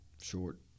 short